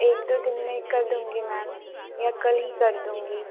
एक दो दिन में कर दूँगी मैम या कल ही कर दूँगी